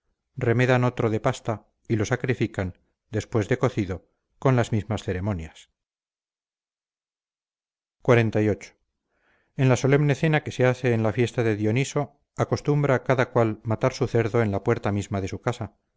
tocino remedan otro de pasta y lo sacrifican después de cocido con las mismas ceremonias xlviii en la solemne cena que se hace en la fiesta de dioniso acostumbra cada cual matar su cerdo en la puerta misma de su casa